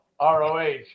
ROH